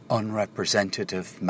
unrepresentative